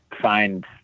find